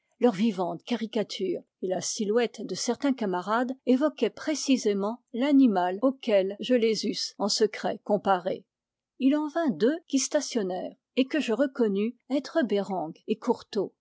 leur vivante caricature et la silhouette de certains camarades évoquait précisément l'animal auquel je les eusse en secret comparés il en vint deux qui stationnèrent et que je reconnus être be reng et courtot